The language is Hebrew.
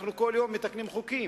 אנחנו כל יום מתקנים חוקים.